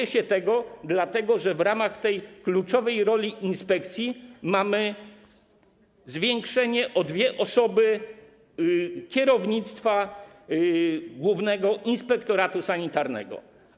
Boję się tego, dlatego że w ramach tej kluczowej roli inspekcji mamy zwiększenie o dwie osoby kierownictwa Głównego Inspektoratu Sanitarnego.